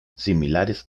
similares